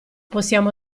possiamo